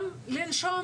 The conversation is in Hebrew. גם לנשום.